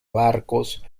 barcos